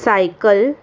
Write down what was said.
cycle